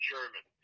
German